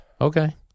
Okay